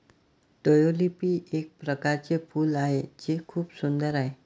tulip एक प्रकारचे फूल आहे जे खूप सुंदर आहे